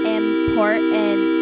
important